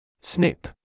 Snip